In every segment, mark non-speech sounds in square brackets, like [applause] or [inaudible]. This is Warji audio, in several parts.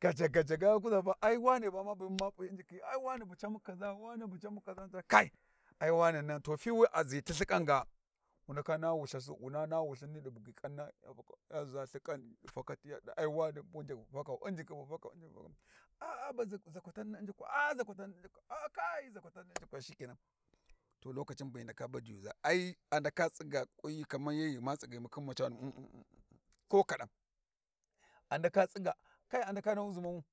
Gaja-gaja ga wa kuza va ai wane ba ma [noise] buma ma p'i njikhi ai wane bu camu kaʒa wane bu camu kaʒa sai kai ai wannan, to fi wi a zhiti lthiƙan ga wu ndaka naha Wulthasi wuna naha wulthin ni ɗi buggi ƙanna ya faka ya ʒa lthiƙan ɗi fakati ya ɗa ai wane in njukhi bu fakau unjukhi bu fakau a a baʒin ʒakwatan ni u'njukwa a'a ʒakwatan ni u'njukwa a'a kai hyi ʒakwatan bu hyi ndaka badiyu ʒa ai a ndaka tsiga kwanyi kaman yadda ma tsigamu khin macanu [hesitation] ko kaɗa a ndaka tsiga kai a ndaka nahu ʒhi ma'u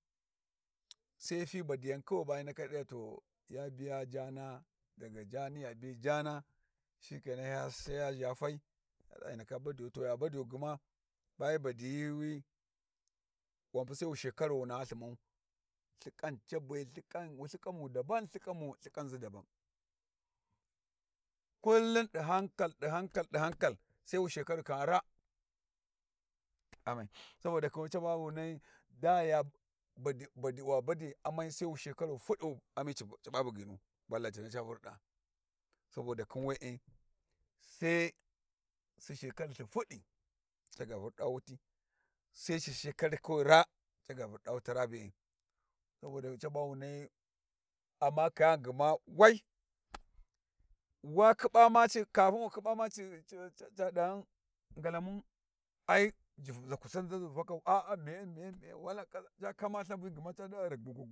sai fi badiyan kawai ba hyi ndaka ɗi ya to ya biya jaana daga jaani yabi jaana shike nan sai ya ʒha fai ya ɗa hyi ndaka badiyau to ya badiyu gma ba hyi badiyi wi wan pu sai wu shekaru wu naha lthu ma'u Lthiƙan ca be Lthiƙan Lthiƙamu daban lthiƙanʒi daban, kullum ɗi hankal ɗi hankal sai wu shekaru kaman raa amai saboda khin we ba wu nahyi amai da ya wa wa bai amai sai wu shekaru fuɗɗi ami ci ɓa bugyinu balantane. Ca Vurda-a saboda khin we'e sai ci shekar lthi fuɗi ca ga vurɗa wuti sai ci sheari kawai raa ca ga vurɗa ti wu raa be'e saboda we ca ba wu nahyi, amma kayani gma wai wa kuɓa ma ci kapin wa khiɓa ma [hesitation] ca ɗighan ngalamun ai jif ʒakwatan naʒi bu fakau a a mai mai wala kaʒa ca kama lthavi gma ca ɗa rugugugu.